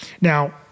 Now